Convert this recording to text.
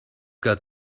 got